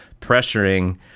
pressuring